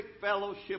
fellowship